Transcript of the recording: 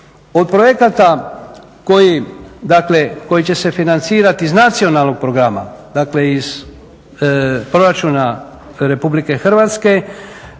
dakle koji će se financirati iz Nacionalnog programa, dakle iz proračuna Republike Hrvatske